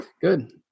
Good